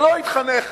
שלא התחנך